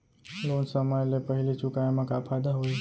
Loan समय ले पहिली चुकाए मा का फायदा होही?